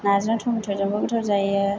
नाजों टमेट'जोंबो गोथाव जायो